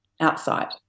outside